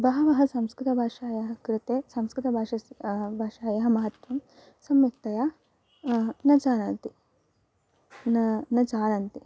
बहवः संस्कृभाषायाः कृते संस्कृतभाषायाः भाषायाः महत्त्वं सम्यक्तया न जानन्ति न न जानन्ति